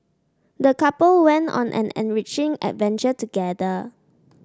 the couple went on an enriching adventure together